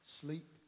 sleep